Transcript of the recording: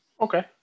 Okay